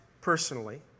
personally